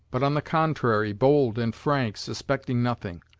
but on the contrary, bold and frank, suspecting nothing.